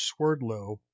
Swerdlow